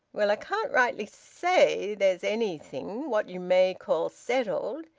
well, i can't rightly say there's anything what you may call settled.